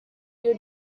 your